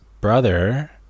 brother